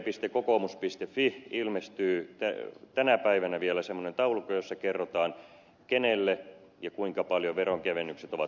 fi sivulle ilmestyy tänä päivänä vielä semmoinen taulukko jossa kerrotaan kenelle veronkevennykset ovat menneet ja kuinka paljon niitä on annettu